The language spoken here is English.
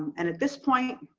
and at this point,